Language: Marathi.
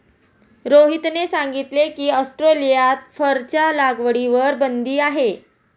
रोहितने सांगितले की, ऑस्ट्रेलियात फरच्या लागवडीवर बंदी आहे